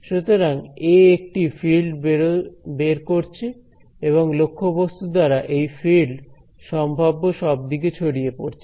সুতরাং এ একটি ফিল্ড বের করছে এবং লক্ষ্য বস্তু দ্বারা এই ফিল্ড সম্ভাব্য সব দিকে ছড়িয়ে পড়ছে